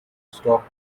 stock